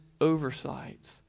oversights